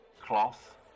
cloth